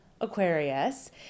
Aquarius